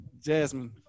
Jasmine